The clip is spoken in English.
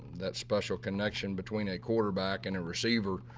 that special connection between a quarterback and a receiver.